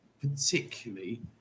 particularly